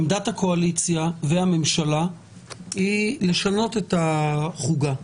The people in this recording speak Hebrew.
עמדת הקואליציה והממשלה היא לשנות את החוגה,